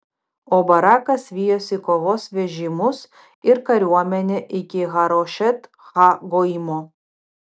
o barakas vijosi kovos vežimus ir kariuomenę iki harošet ha goimo